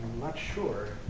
not sure.